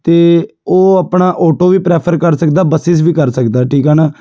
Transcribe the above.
ਅਤੇ ਉਹ ਆਪਣਾ ਔਟੋ ਵੀ ਪ੍ਰੈਫਰ ਕਰ ਸਕਦਾ ਬੱਸਿਜ਼ ਵੀ ਕਰ ਸਕਦਾ ਠੀਕ ਆ ਨਾ